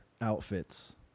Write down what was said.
outfits